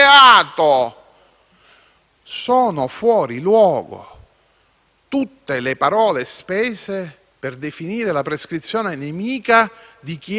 Sono fuori luogo tutte le parole spese per definire la prescrizione nemica di chi è innocente.